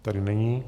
Tady není.